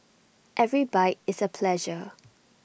every bite is A pleasure